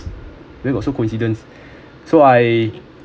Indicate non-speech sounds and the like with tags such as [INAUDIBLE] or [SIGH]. where got so coincidence [BREATH] so I